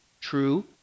True